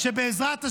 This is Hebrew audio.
שבעזרת השם,